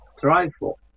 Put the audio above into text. Trifle